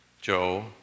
Joe